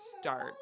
start